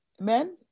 Amen